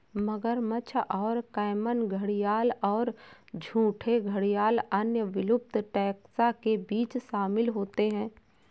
मगरमच्छ और कैमन घड़ियाल और झूठे घड़ियाल अन्य विलुप्त टैक्सा के बीच शामिल होते हैं